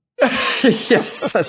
Yes